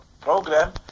program